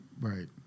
right